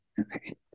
Okay